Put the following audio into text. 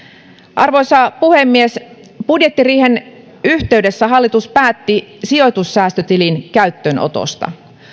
arvoisa puhemies budjettiriihen yhteydessä hallitus päätti sijoitussäästötilin käyttöönotosta